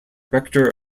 rector